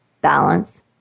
balance